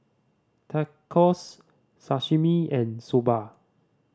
Tacos Sashimi and Soba